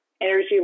energy